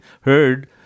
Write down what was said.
heard